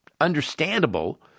understandable